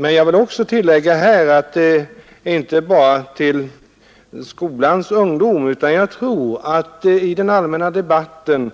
Men jag vill också tillägga att detta inte bara gäller skolans ungdom. Man måste också i den allmänna debatten